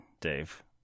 Dave